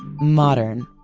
modern,